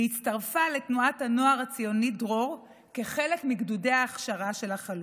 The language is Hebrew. והיא הצטרפה לתנועת הנוער הציונית דרור כחלק מגדודי ההכשרה של החלוץ.